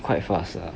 quite fast lah